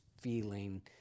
feeling